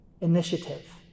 initiative